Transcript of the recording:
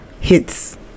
hits